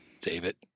David